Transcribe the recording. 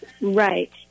Right